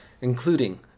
including